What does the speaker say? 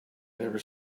never